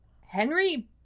Henry